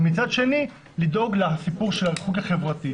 ומצד שני לדאוג לעניין הריחוק החברתי.